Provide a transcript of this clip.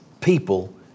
people